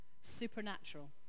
supernatural